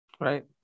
Right